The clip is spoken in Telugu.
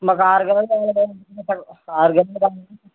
మాకు ఆరు గెలలు కావాలండి ఆరు గెలలు కావాలి